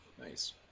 Nice